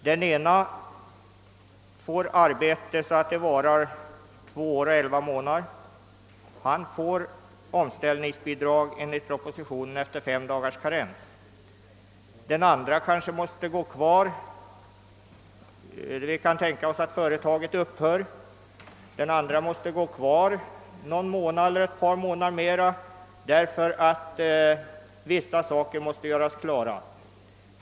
Den enes arbete varar två år och elva månader. Denne erhåller enligt propositionens förslag omställningsbidrag efter fem dagars karenstid. Den andre arbetaren måste kanske gå kvar i företaget ett par månader ytterligare på grund av att vissa saker måste göras färdiga.